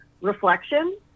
reflection